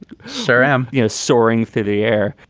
sir. um you know, soaring through the air.